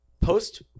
Post